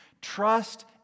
trust